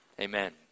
Amen